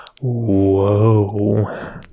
Whoa